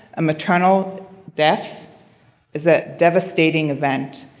a maternal death is a devastating event,